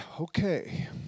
okay